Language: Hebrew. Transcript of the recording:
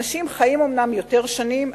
אנשים חיים אומנם יותר שנים,